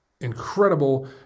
incredible